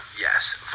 yes